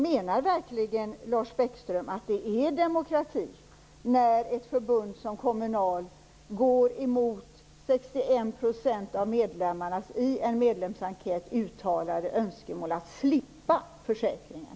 Menar verkligen Lars Bäckström att det är demokrati när ett förbund som Kommunal går emot 61 % av medlemmarnas i en medlemsenkät uttalade önskemål att slippa försäkringen?